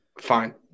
Fine